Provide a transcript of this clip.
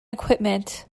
equipment